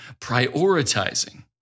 prioritizing